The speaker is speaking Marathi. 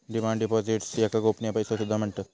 डिमांड डिपॉझिट्स याका गोपनीय पैसो सुद्धा म्हणतत